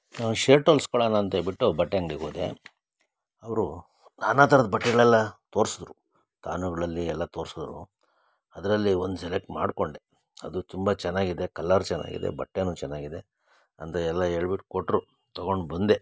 shirt ಹೊಲ್ಸ್ಕೊಳ್ಳೋಣ ಅಂತೇಳಿಬಿಟ್ಟು ಬಟ್ಟೆ ಅಂಗ್ಡಿಗೆ ಹೋದೆ ಅವರು ನಾನಾ ಥರದ ಬಟ್ಟೆಗಳೆಲ್ಲ ತೋರ್ಸಿದ್ರು ತಾನೂಗಳಲ್ಲಿ ಎಲ್ಲ ತೋರ್ಸಿದ್ರು ಅದರಲ್ಲಿ ಒಂದು ಸೆಲೆಕ್ಟ್ ಮಾಡಿಕೊಂಡೆ ಅದು ತುಂಬ ಚೆನ್ನಾಗಿದೆ ಕಲ್ಲರ್ ಚೆನ್ನಾಗಿದೆ ಬಟ್ಟೇನು ಚೆನ್ನಾಗಿದೆ ಅಂತ ಎಲ್ಲ ಹೇಳ್ಬಿಟ್ ಕೊಟ್ಟರು ತೊಗೊಂಡು ಬಂದೆ